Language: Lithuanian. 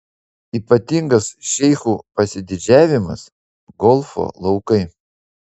ypatingas šeichų pasididžiavimas golfo laukai